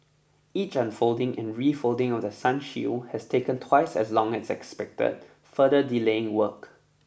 each unfolding and refolding of the sun shield has taken twice as long as expected further delaying work